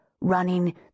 running